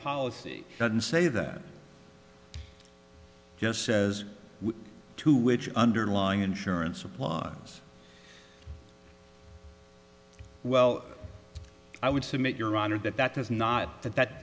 policy doesn't say that just says to which underlying insurance applause well i would submit your honor that that does not that that